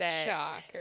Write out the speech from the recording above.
Shocker